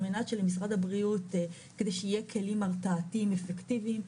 על מנת שלמשרד הבריאות יהיו כלים הרתעתיים אפקטיביים.